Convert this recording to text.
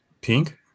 pink